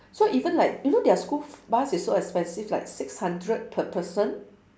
so even like you know their school bus is so expensive like six hundred per person